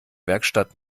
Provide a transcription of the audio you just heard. werkstatt